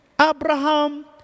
Abraham